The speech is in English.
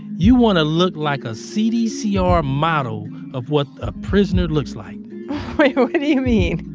you want to look like a cdcr model of what a prisoner looks like wait, what do you mean?